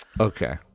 Okay